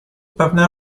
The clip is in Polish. pewne